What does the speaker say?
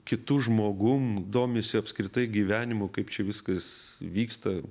kitu žmogum domisi apskritai gyvenimu kaip čia viskas vyksta